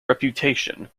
reputation